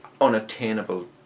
unattainable